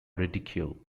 ridicule